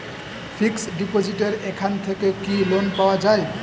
Fix ডিপোজিটের এখান থেকে কি লোন পাওয়া যায়?